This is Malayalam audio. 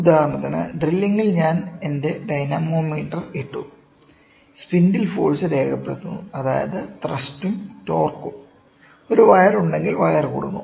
ഉദാഹരണത്തിന് ഡ്രില്ലിംഗിൽ ഞാൻ എന്റെ ഡൈനാമോമീറ്റർ ഇട്ടു സ്പിൻഡിൽ ഫോഴ്സ് രേഖപ്പെടുത്തുന്നു അതായത് ത്രസ്റ്റും ടോർക്കും ഒരു വയർ ഉണ്ടെങ്കിൽ വയർ കുടുങ്ങും